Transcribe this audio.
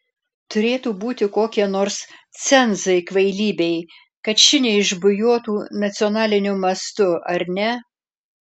turėtų būti kokie nors cenzai kvailybei kad ši neišbujotų nacionaliniu mastu ar ne